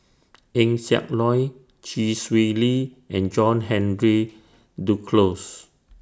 Eng Siak Loy Chee Swee Lee and John Henry Duclos